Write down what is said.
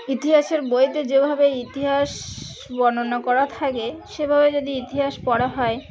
ইতিহাসের বইয়েতে যেভাবে ইতিহাস বর্ণনা করা থাকে সেভাবে যদি ইতিহাস পড়া হয়